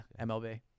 MLB